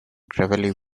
gravelly